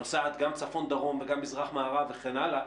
שנוסעת גם צפון דרום וגם מזרח מערב וכן הלאה,